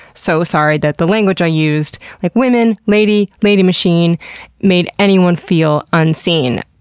so sorry that the language i used like women, lady, lady machine made anyone feel unseen.